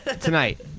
Tonight